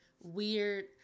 weird